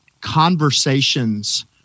Conversations